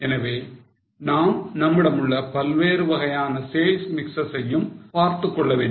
எனவே நாம் நம்மிடமுள்ள வெவ்வேறு வகையான sale mixes யும் பார்த்துக்கொள்ள வேண்டும்